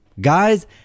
guys